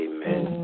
Amen